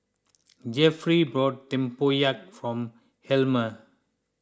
Jefferey bought Tempoyak for Helmer